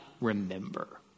remember